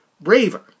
braver